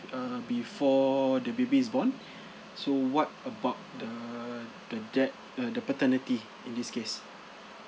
uh before the baby is born so what about the the dad uh the paternity in this case